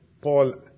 Paul